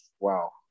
wow